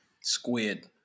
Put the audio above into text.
Squid